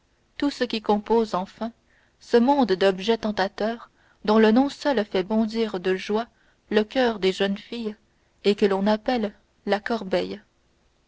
tout ce qui compose enfin ce monde d'objets tentateurs dont le nom seul fait bondir de joie le coeur des jeunes filles et que l'on appelle la corbeille